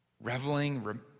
reveling